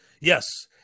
Yes